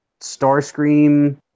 Starscream